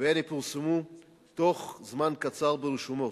והן יפורסמו תוך זמן קצר ברשומות,